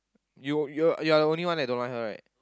you you're you're the only one that don't like her right